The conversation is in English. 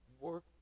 work